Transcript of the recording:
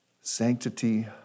Sanctity